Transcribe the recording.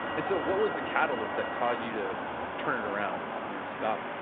and so what was the catalyst that caused you to turn it around, you know stop,